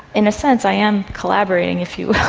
in a sense i am collaborating, if you